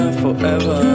forever